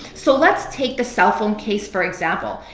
so let's take the cell phone case for example.